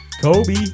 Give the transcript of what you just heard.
Kobe